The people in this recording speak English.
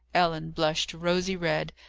ellen blushed rosy red.